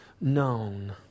known